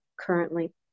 currently